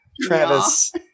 Travis